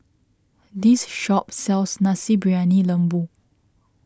this shop sells Nasi Briyani Lembu